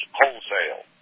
wholesale